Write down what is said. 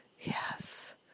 Yes